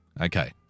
Okay